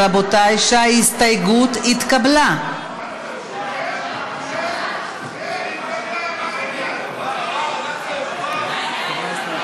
ההסתייגות (1) של חבר הכנסת ישראל אייכלר ושל קבוצת סיעת מרצ לסעיף